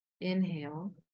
Inhale